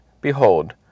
behold